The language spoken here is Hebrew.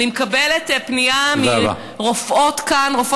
תודה רבה.